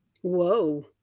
Whoa